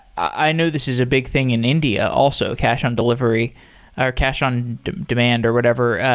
i know this is a big thing in india also, cash on delivery, ah or cash on demand or whatever.